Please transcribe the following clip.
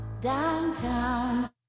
downtown